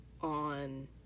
on